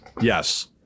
Yes